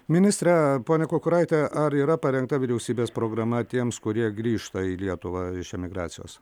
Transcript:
ministre pone kukuraiti ar yra parengta vyriausybės programa tiems kurie grįžta į lietuvą iš emigracijos